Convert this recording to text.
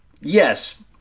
Yes